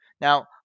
Now